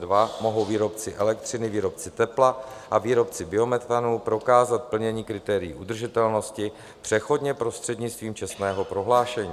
Do 30. června 2022 mohou výrobci elektřiny, výrobci tepla a výrobci biometanu prokázat plnění kritérií udržitelnosti přechodně prostřednictvím čestného prohlášení.